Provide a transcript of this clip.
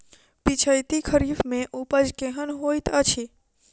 पिछैती खरीफ मे उपज केहन होइत अछि?